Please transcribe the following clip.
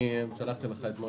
שלחתי לך אתמול